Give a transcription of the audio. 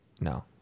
No